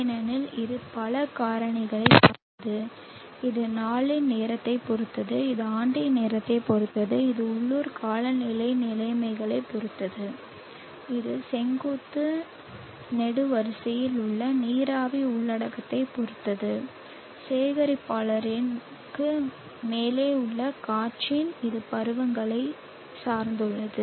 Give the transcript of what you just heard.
ஏனெனில் இது பல காரணிகளைச் சார்ந்தது இது நாளின் நேரத்தைப் பொறுத்தது இது ஆண்டின் நேரத்தைப் பொறுத்தது இது உள்ளூர் காலநிலை நிலைமைகளைப் பொறுத்தது இது செங்குத்து நெடுவரிசையில் உள்ள நீராவி உள்ளடக்கத்தைப் பொறுத்தது சேகரிப்பாளருக்கு மேலே உள்ள காற்றின் இது பருவங்களை சார்ந்துள்ளது